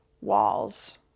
walls